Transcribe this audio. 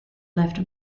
left